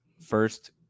first